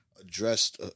addressed